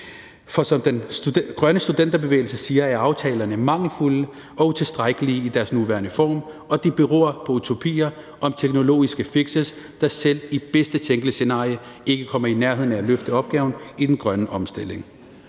For som Den Grønne Studenterbevægelse siger, er aftalerne mangelfulde og utilstrækkelige i deres nuværende form, og det beror på utopier om teknologiske fix, der selv i det bedst tænkelige scenarie ikke kommer i nærheden af at løfte opgaven med den grønne omstilling.